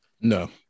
No